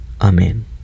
Amen